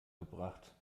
gebracht